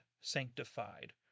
sanctified